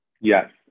Yes